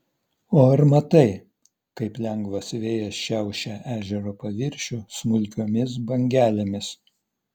o ar matai kaip lengvas vėjas šiaušia ežero paviršių smulkiomis bangelėmis